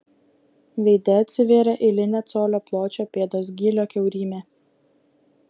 veide atsivėrė eilinė colio pločio pėdos gylio kiaurymė